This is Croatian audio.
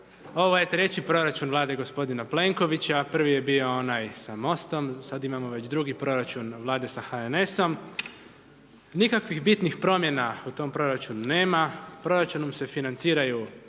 Ovo je treći proračun Vlade gospodina Plenkovića, prvi je bio onaj sa Mostom, sada imamo već drugi proračun Vlade sa HNS-om. Nikakvih bitnih promjena u tome proračunu nema, proračunom se financiraju